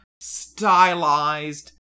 stylized